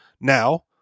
Now